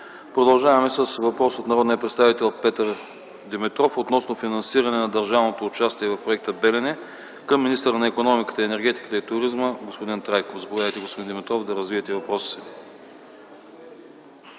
Продължаваме с въпрос от народния представител Петър Димитров относно финансиране на държавното участие в проекта „Белене” към министъра на икономиката, енергетиката и туризма господин Трайков. Господин Димитров, заповядайте да развиете